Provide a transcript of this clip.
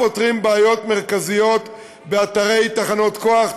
לא פותרים בעיות מרכזיות באתרי תחנות כוח,